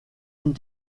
and